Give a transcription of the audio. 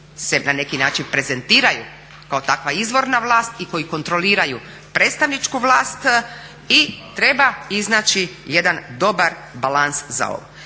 se na neki način prezentiraju kao takva izvorna vlast i koji kontroliraju predstavničku vlast i treba iznaći jedan dobar balans za ovo.